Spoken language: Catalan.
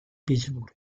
pittsburgh